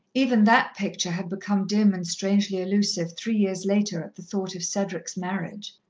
even that picture had become dim and strangely elusive, three years later, at the thought of cedric's marriage.